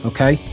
Okay